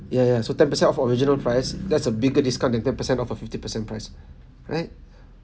ya ya so ten percent of original price that's a bigger discount than ten percent of a fifty percent price right